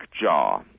jaw